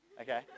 Okay